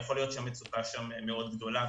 יכול להיות שהמצוקה שם מאוד גדולה.